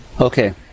Okay